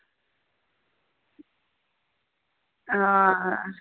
हां